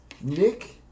Nick